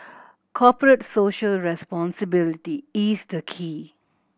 Corporate Social Responsibility is the key